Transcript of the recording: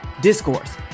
Discourse